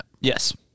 yes